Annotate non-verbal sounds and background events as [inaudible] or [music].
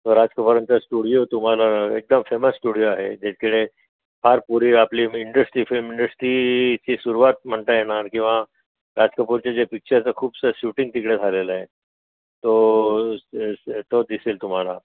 राजकुमारांचा studio तुम्हाला एकदम famous studio आहे जिकडे फार पूर्वी आपली इंडस्ट्री फिल्म इंडस्ट्रीची सुरुवात म्हणता येणार किंवा राजकपूरचे जे पिक्चरचं खूपसं शूटिंग तिकडे झालेलं आहे तो [unintelligible] दिसेल तुम्हाला